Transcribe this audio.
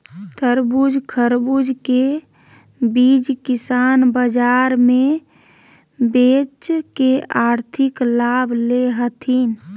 तरबूज, खरबूज के बीज किसान बाजार मे भी बेच के आर्थिक लाभ ले हथीन